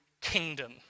kingdom